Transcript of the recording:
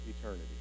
eternity